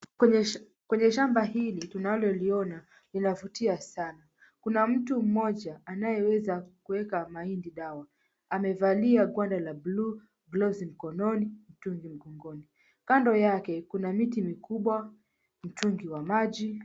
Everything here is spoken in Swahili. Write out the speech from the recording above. Kwenye shamba hili tunaloliona linavutia sana. Kuna mtu mmoja anayeweza kuweka mahindi dawa, amevalia gwanda la bluu, glovu mkononi, mtungi mgongoni. Kando yake kuna miti mikubwa, mtungi wa maji.